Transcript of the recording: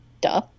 Duh